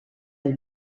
del